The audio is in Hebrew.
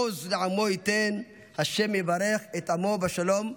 'ה' עֹז לעמו יתן, ה' יברך את עמו בשלום'".